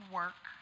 work